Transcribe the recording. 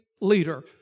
leader